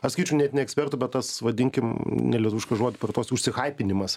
aš sakyčiau net ne ekspertų bet tas vadinkim nelietuvišką žodį pavartosiu užsihaipinimas